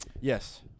Yes